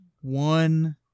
one